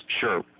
Sure